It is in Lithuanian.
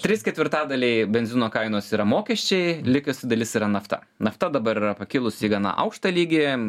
trys ketvirtadaliai benzino kainos yra mokesčiai likusi dalis yra nafta nafta dabar yra pakilus į gana aukštą lygį